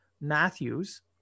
Matthews